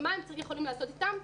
ומה הם יכולים לעשות אתן?